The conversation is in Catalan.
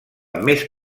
més